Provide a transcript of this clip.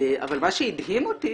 אבל מה שהדהים אותי,